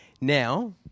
now